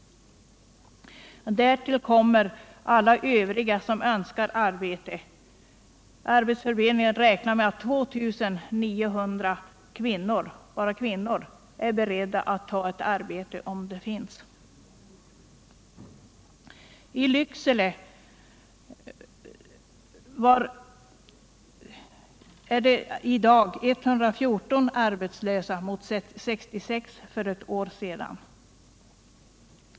Därtill kommer alla övriga som önskar arbete. Arbetsförmedlingen räknar med att 2900 kvinnor är beredda att ta ett arbete om det finns. I Lycksele är i dag 114 arbetslösa mot 66 för ett år sedan.